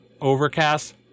Overcast